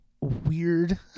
weird